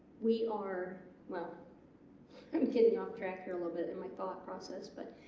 we are well i'm getting off track here a little bit and my thought process but